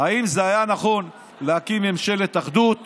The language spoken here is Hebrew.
אם זה היה נכון להקים ממשלת אחדות